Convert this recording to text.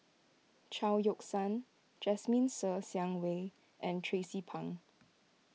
Chao Yoke San Jasmine Ser Xiang Wei and Tracie Pang